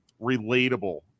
relatable